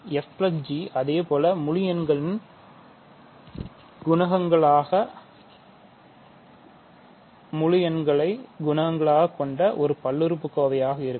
fg அதேபோல முழு எண்களை குணகங்களாக கொண்ட ஒரு பல்லுறுப்புக்கோவையாக இருக்கும்